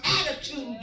attitude